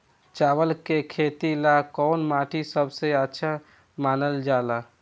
चावल के खेती ला कौन माटी सबसे अच्छा मानल जला?